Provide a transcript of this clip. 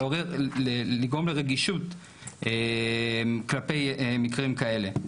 לגרום לרגישות כלפי מקרים כאלה.